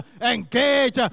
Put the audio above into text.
Engage